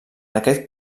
aquest